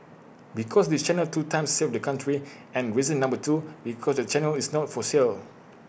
because this channel two times saved the country and reason number two because the channel is not for sale